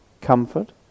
Comfort